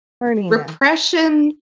repression